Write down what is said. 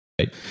right